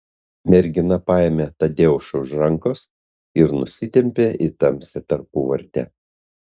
mergina paėmė tadeušą už rankos ir nusitempė į tamsią tarpuvartę